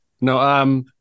No